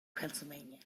pennsylvania